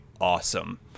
awesome